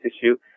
issue